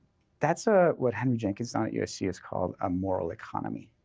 that's ah what henry jenkins down at usc has called a moral economy.